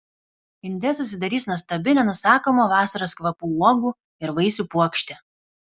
inde susidarys nuostabi nenusakomo vasaros kvapų uogų ir vaisių puokštė